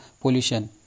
pollution